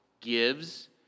gives